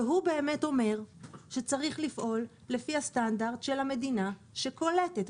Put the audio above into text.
והוא באמת אומר שצריך לפעול לפי הסטנדרט של המדינה שקולטת.